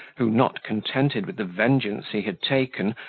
who, not contented with the vengeance he had taken,